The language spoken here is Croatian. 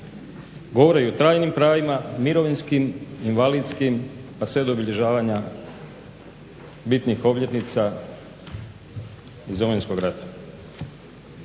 Govori i o trajnim pravima, mirovinskim, invalidskim pa sve do obilježavanja bitnih obljetnica iz Domovinskog rata.